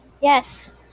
Yes